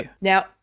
Now